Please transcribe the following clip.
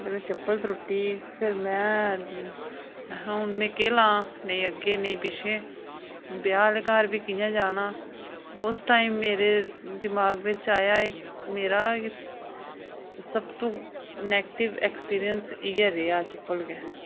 ते चप्पल त्रुट्टी ते में हून केह् लां नेईं अग्गें ते नेईं पिच्छें ब्याह् आह्ले घर बी कि'यां जाना उस टाईम बिच मेरे दमाग बिच आया कि मेरा सब तू नैगेटिव एक्सपीरियंस इ'यै रेहा चप्पल गै